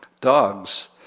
dogs